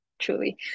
truly